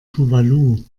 tuvalu